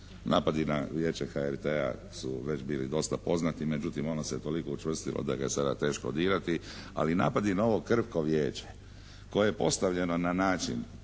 Napadi na Vijeće HRT-a su već bili dosta poznati. Međutim ono se je toliko učvrstilo da ga je sada teško dirati. Ali napadi na ovo krhko Vijeće koje je postavljeno na način